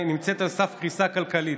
נמצאת על סף קריסה כלכלית.